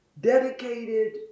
dedicated